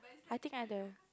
I think either